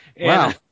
Wow